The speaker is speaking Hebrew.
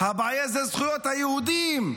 הבעיה היא זכויות היהודים.